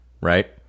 right